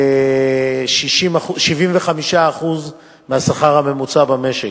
ל-75% מהשכר הממוצע במשק.